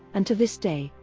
and to this day,